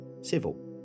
civil